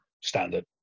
Standard